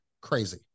crazy